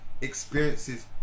experiences